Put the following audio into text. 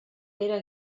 era